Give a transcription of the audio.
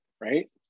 right